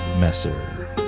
messer